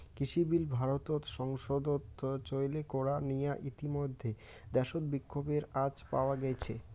কৃষিবিল ভারতর সংসদত চৈল করা নিয়া ইতিমইধ্যে দ্যাশত বিক্ষোভের আঁচ পাওয়া গেইছে